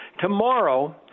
Tomorrow